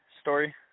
story